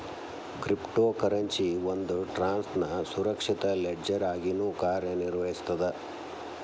crypto currency ಒಂದ್ ಟ್ರಾನ್ಸ್ನ ಸುರಕ್ಷಿತ ಲೆಡ್ಜರ್ ಆಗಿನೂ ಕಾರ್ಯನಿರ್ವಹಿಸ್ತದ